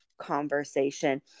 conversation